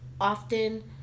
often